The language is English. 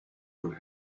would